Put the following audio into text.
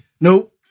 Nope